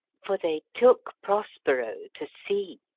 for they took prospero to sea,